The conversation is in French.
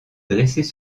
dressées